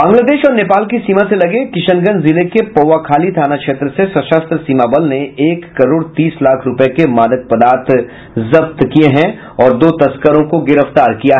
बांग्लादेश और नेपाल की सीमा से लगे किशनगंज जिले के पौआखाली थाना क्षेत्र से सशस्त्र सीमा बल ने एक करोड़ तीस लाख रुपये के मादक पदार्थ जब्त कर दो तस्करों को गिरफ्तार कर लिया